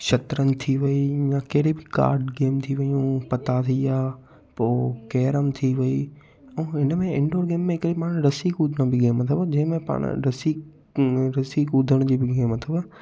शतरंज थी वई या कहिड़ी बि कार्ड गेम थी वियूं पत्ता थी विया पोइ केरम थी वई ऐं हिन में इंडोर गेम में हिकिड़ी पाण रस्सी कुदण बि गेम अथव जंहिंमें पाण रस्सी रस्सी कुदण जी बि गेम अथव